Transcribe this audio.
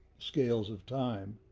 scales of time,